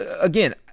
again